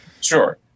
Sure